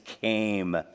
came